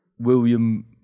William